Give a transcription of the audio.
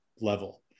level